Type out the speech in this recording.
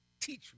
teach